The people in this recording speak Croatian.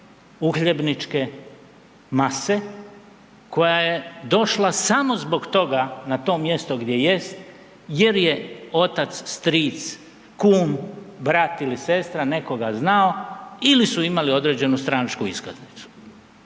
uhljebničke mase koja je došla samo zbog toga na to mjesto gdje jest jer je otac, stric, kum, brat ili sestra nekoga znao ili su imali određenu stranačku iskaznicu.